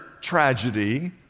tragedy